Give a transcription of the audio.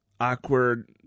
awkward